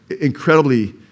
incredibly